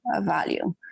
value